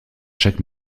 chaque